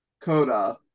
coda